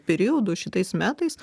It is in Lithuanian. periodu šitais metais